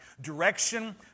Direction